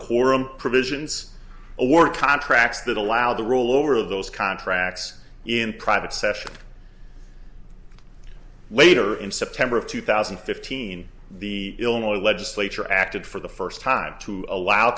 quorum provisions or contracts that allow the roll over of those contracts in private session later in september of two thousand and fifteen the illinois legislature acted for the first time to allow